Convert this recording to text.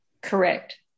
Correct